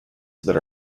that